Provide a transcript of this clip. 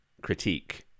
critique